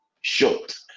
short